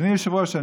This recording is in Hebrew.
אדוני היושב-ראש,